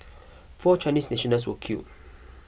four Chinese nationals were killed